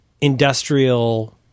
industrial